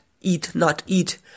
eat-not-eat